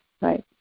right